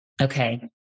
Okay